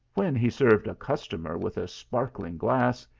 when he served a customer with a spark ling glass,